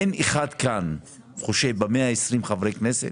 אין אחד כאן שחושב, בין 120 חברי כנסת,